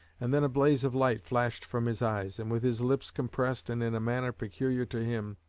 and then a blaze of light flashed from his eyes, and with his lips compressed and in a manner peculiar to him,